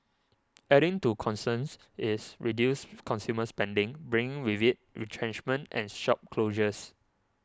adding to concerns is reduced consumer spending bringing with it retrenchments and shop closures